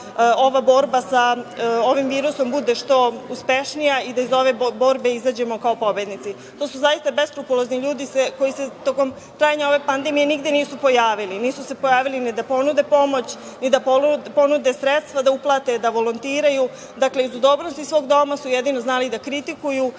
ova borba sa ovim virusom bude što uspešnija i da iz ove borbe izađemo kao pobednici. To su zaista beskurpulozni ljudi koji se tokom trajanja ove pandemije nigde nisu pojavili. Nisu se pojavili ni da ponude pomoć, ni da ponude sredstva da uplate, da volontiraju. Iz udobnosti svog doma su jedinio znali da kritikuju